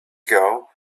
ago